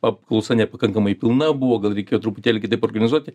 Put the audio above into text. apklausa nepakankamai pilna buvo gal reikėjo truputėlį kitaip organizuoti